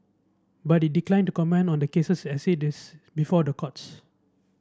but it declined to comment on the cases as it is before the courts